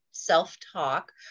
self-talk